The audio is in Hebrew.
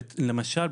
למשל,